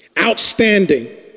Outstanding